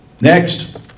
Next